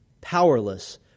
powerless